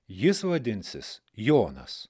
jis vadinsis jonas